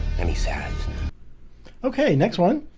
and he says okay, next one.